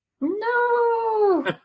No